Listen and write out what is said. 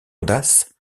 audace